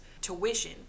tuition